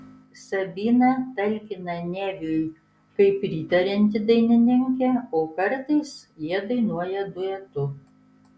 sabina talkina neviui kaip pritarianti dainininkė o kartais jie dainuoja duetu